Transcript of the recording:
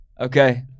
Okay